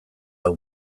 hau